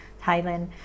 Thailand